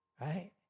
Right